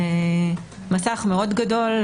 מסך מאוד גדול,